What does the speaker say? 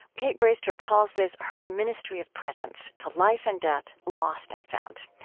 kate braestrup calls this her ministry of presence to life and death, lost and found.